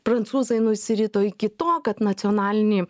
prancūzai nusirito iki to kad nacionalinį